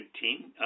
team